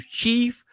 chief